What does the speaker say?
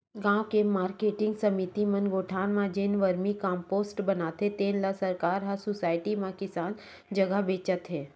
गाँव के मारकेटिंग समिति मन गोठान म जेन वरमी कम्पोस्ट बनाथे तेन ल सरकार ह सुसायटी म किसान जघा बेचत हे